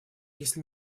если